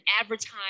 advertise